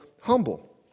humble